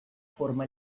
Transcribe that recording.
forma